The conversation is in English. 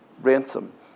ransom